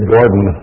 Gordon